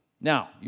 Now